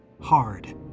hard